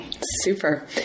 Super